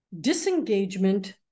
disengagement